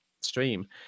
stream